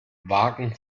wagen